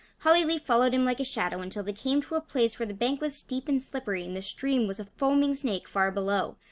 hollyleaf followed him like a shadow until they came to a place where the bank was steep and slippery, and the stream was a foaming snake far below.